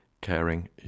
caring